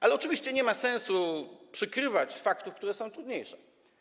Ale oczywiście nie ma sensu przykrywać faktów, które są trudniejsze.